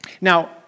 Now